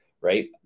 Right